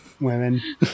women